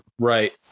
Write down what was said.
Right